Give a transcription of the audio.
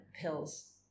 pills